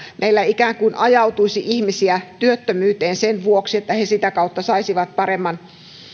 meillä muuten kävisi niin että ihmisiä ikään kuin ajautuisi työttömyyteen sen vuoksi että he sitä kautta saisivat paremman